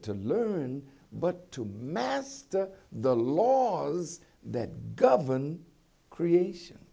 to learn but to master the laws that govern creation